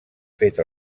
fet